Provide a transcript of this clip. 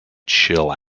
chill